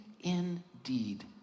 Indeed